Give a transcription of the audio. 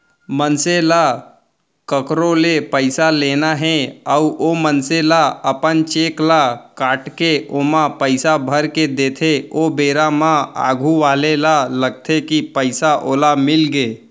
मनसे ल कखरो ले पइसा लेना हे अउ ओ मनसे ह अपन चेक ल काटके ओमा पइसा भरके देथे ओ बेरा म आघू वाले ल लगथे कि पइसा ओला मिलगे